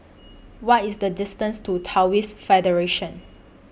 What IS The distance to Taoist Federation